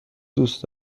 دوست